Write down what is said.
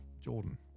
Jordan